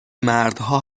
مردها